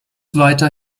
weiter